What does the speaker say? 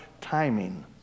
timing